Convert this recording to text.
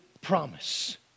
promise